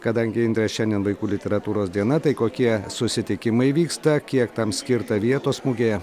kadangi indrė šiandien vaikų literatūros diena tai kokie susitikimai vyksta kiek tam skirta vietos mugėje